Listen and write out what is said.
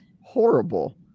horrible